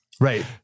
Right